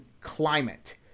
climate